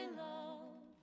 love